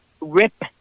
Rip